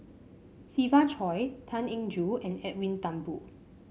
Siva Choy Tan Eng Joo and Edwin Thumboo